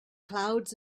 clouds